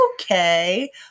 Okay